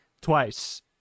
twice